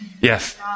yes